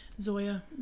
Zoya